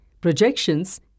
projections